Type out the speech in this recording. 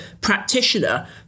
practitioner